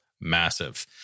massive